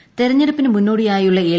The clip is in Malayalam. എഫ് തെരഞ്ഞെടുപ്പിന് മുന്നോടിയായുള്ള എൽ